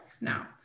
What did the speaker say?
now